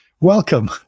welcome